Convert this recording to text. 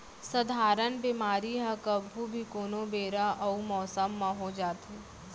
सधारन बेमारी ह कभू भी, कोनो बेरा अउ मौसम म हो जाथे